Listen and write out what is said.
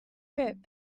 that